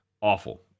awful